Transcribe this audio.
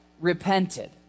repented